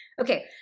Okay